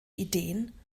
ideen